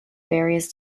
various